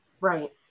Right